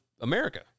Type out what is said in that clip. America